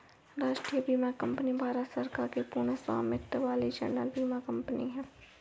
राष्ट्रीय बीमा कंपनी भारत सरकार की पूर्ण स्वामित्व वाली जनरल बीमा कंपनी है